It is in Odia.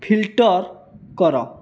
ଫିଲ୍ଟର କର